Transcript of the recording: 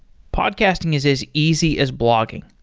podcasting is as easy as blogging.